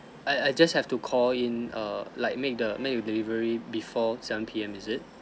I I just have to call in err like make the make the delivery before seven P_M is it